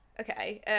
Okay